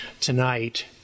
tonight